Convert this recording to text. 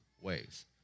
ways